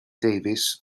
davies